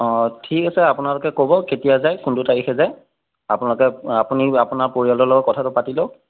অঁ ঠিক আছে আপোনালোকে ক'ব কেতিয়া যায় কোনটো তাৰিখে যায় আপোনালোকে আপুনি আপোনাৰ পৰিয়ালৰ লগত কথাটো পাতি লওক